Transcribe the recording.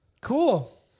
cool